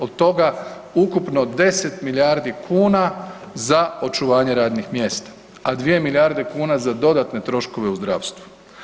Od toga ukupno 10 milijardi kuna za očuvanje radnih mjesta, a 2 milijarde kuna za dodatne troškove u zdravstvu.